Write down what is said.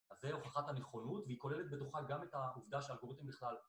אז זה הוכחת הנכונות והיא כוללת בתוכה גם את העובדה שהאלגוריתם בכלל